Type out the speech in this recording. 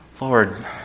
Lord